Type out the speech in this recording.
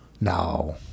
No